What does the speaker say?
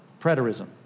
Preterism